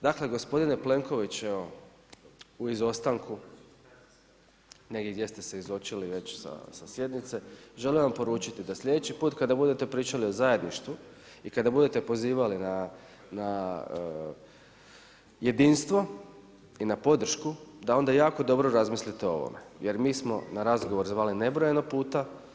Dakle gospodine Plenković evo u izostanku negdje gdje ste se izočili već sa sjednice želim vam poručiti da sljedeći put kada budete pričali o zajedništvu i kada bude pozivali na jedinstvo i na podršku da onda jako dobro razmislite o ovome, jer mi smo na razgovor zvali nebrojeno puta.